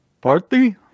party